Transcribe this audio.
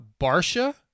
Barsha